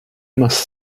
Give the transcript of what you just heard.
must